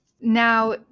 now